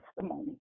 testimony